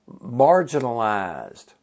marginalized